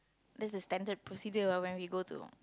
this is standard procedure ah when we go to